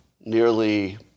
nearly